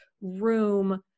room